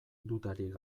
dudarik